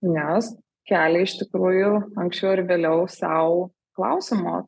nes kelia iš tikrųjų anksčiau ar vėliau sau klausimo